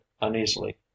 uneasily